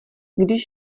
když